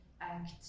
act